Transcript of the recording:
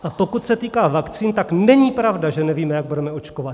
A pokud se týká vakcín, tak není pravda, že nevíme, jak budeme očkovat.